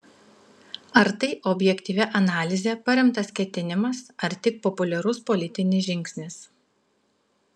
ar tai objektyvia analize paremtas ketinimas ar tik populiarus politinis žingsnis